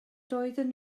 doedden